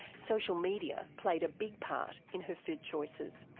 social media played a big part in her food choices.